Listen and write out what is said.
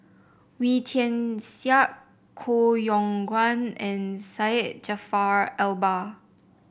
Wee Tian Siak Koh Yong Guan and Syed Jaafar Albar